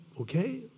okay